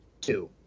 two